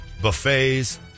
buffets